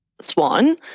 Swan